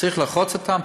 צריך לרחוץ אותם,